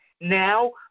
Now